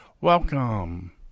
welcome